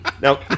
Now